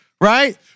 Right